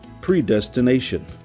predestination